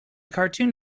cartoon